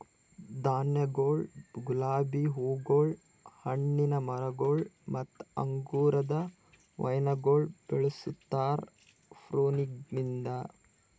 ಧಾನ್ಯಗೊಳ್, ಗುಲಾಬಿ ಹೂಗೊಳ್, ಹಣ್ಣಿನ ಮರಗೊಳ್ ಮತ್ತ ಅಂಗುರದ ವೈನಗೊಳ್ ಬೆಳುಸ್ತಾರ್ ಪ್ರೂನಿಂಗಲಿಂತ್